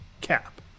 cap